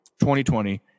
2020